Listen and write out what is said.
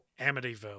amityville